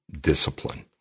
discipline